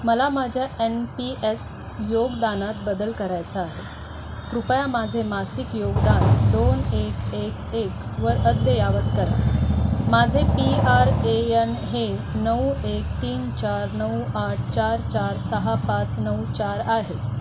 मला माझ्या N P S योगदानात बदल करायचा आहे कृपया माझे मासिक योगदान दोन एक एक एकवर अद्ययावत कर माझे पी आर ए यन हे नऊ एक तीन चार नऊ आठ चार चार सहा पाच नऊ चार आहे